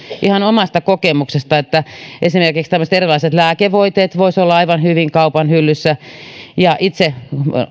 ihan omasta kokemuksesta että esimerkiksi tämmöiset erilaiset lääkevoiteet voisivat olla aivan hyvin kaupan hyllyssä itse